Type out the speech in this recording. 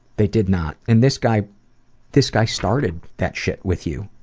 they did not. and, this guy this guy started that shit with you.